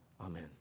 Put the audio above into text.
Amen